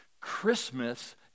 Christmas